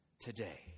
today